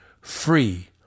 free